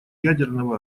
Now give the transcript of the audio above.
ядерного